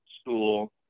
school